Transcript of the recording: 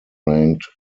ranked